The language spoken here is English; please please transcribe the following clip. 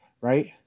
right